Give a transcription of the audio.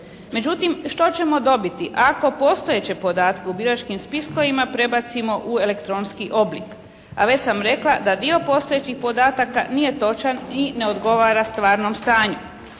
Međutim, što ćemo dobiti ako postojeće podatke u biračkim spiskovima prebacimo u elektronski oblik, a već sam rekla da dio postojećih podataka nije točan i ne odgovara stvarnom stanju?